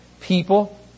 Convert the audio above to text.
people